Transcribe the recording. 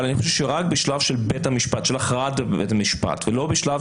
אבל אני חושב שרק בשלב של הכרעת בית המשפט ולא בשלב